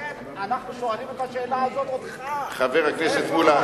לכן אנחנו שואלים את השאלה הזאת אותך חבר הכנסת מולה,